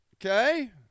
Okay